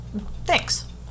Thanks